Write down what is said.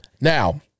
Now